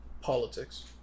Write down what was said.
politics